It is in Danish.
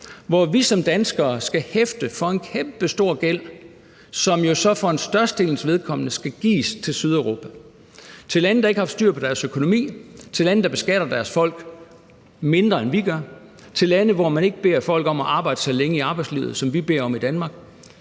skal vi som danskere hæfte for en kæmpestor gæld, som jo så for størstedelens vedkommende skal gives til Sydeuropa: Vi skal så overføre penge til lande, der ikke har styr på deres økonomi, til lande, der beskatter deres folk mindre, end vi gør, til lande, hvor man ikke beder folk om at arbejde så længe i arbejdslivet, som vi beder om i Danmark.